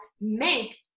make